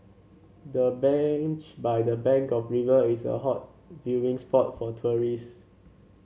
the bench by the bank of river is a hot viewing spot for tourists